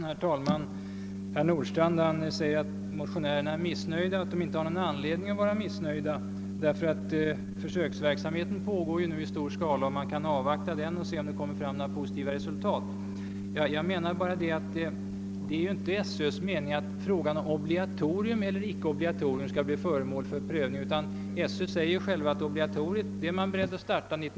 Herr talman! Herr Nordstrandh säger att motionärerna är missnöjda men att de inte har någon anledning att vara det, därför att försöksverksamhet pågår i stor skala och man alltså kan avvakta den och se om det blir några positiva resultat. Ja, jag menar bara att det inte är skolöverstyrelsens avsikt att frågan om obligatorium eller icke obligatorium skall bli föremål för prövning, utan skolöverstyrelsen säger att obligatoriet är man beredd att starta 1970/71.